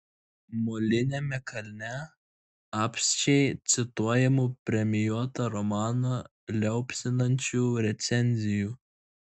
moliniame kalne apsčiai cituojamų premijuotą romaną liaupsinančių recenzijų